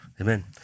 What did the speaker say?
Amen